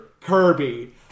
Kirby